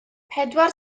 pedwar